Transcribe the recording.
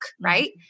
right